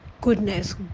goodness